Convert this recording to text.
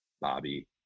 Bobby